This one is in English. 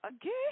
again